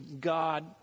God